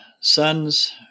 sons